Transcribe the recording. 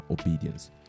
obedience